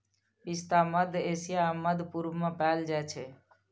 पिस्ता मध्य एशिया आ मध्य पूर्व मे पाएल जाइ छै